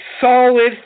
solid